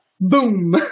Boom